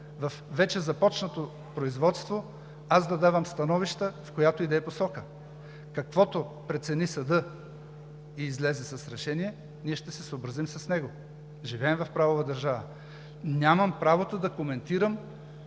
във вече започнато производство аз да давам становища, в която и да е посока. Каквото прецени съдът и излезе с решение, ние ще се съобразим с него. Живеем в правова държава! Нямам правото да коментирам